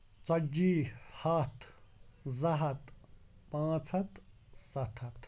ژَتجِی ہَتھ زٕ ہَتھ پانٛژھ ہَتھ سَتھ ہتھ